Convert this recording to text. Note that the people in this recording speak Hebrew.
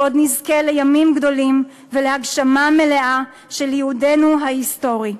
ועוד נזכה לימים גדולים ולהגשמה מלאה של ייעודנו ההיסטורי.